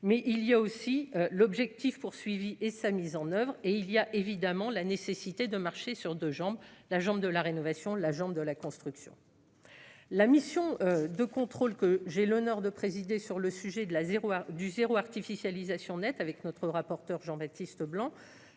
mais il y a aussi l'objectif poursuivi et sa mise en oeuvre et il y a évidemment la nécessité de marcher sur 2 jambes, la jambe de la rénovation, la jambe de la construction, la mission de contrôle que j'ai l'honneur de présider sur le sujet de la zéro du zéro artificialisation nette avec notre rapporteur Jean-Baptiste Leblanc